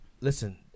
Listen